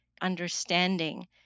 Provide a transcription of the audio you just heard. understanding